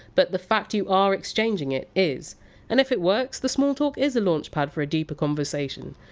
but the fact you are exchanging it is. and, if it works, the small talk is the launchpad for a deeper conversation.